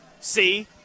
see